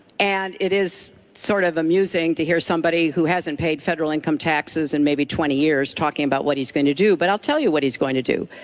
and it is sort of amusing to hear somebody who hasn't paid federal income taxes in maybe twenty years talking about what he's going to do, but i'll tell you what he's going to do.